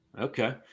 Okay